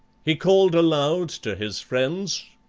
he called aloud to his friends,